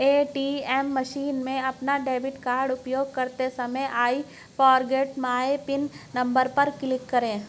ATM machine में अपना debit card उपयोग करते समय I forget my pin number पर क्लिक करें